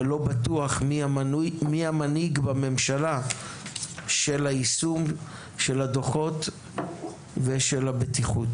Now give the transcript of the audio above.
ולא בטוח מיהו המנהיג בממשלה של היישום של הדו"חות ושל הבטיחות.